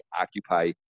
occupy